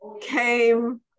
came